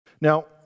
Now